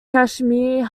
kashmir